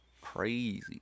Crazy